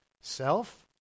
Self